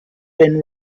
been